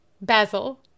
basil